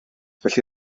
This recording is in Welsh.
felly